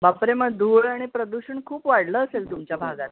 बापरे मग धूळ आणि प्रदूषण खूप वाढलं असेल तुमच्या भागात